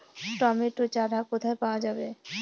Tomato চারা কোথায় পাওয়া যাবে?